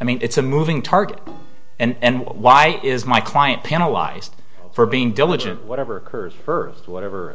i mean it's a moving target and why is my client panelized for being diligent whatever occurs earth whatever